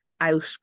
Out